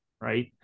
right